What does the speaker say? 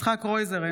יצחק קרויזר,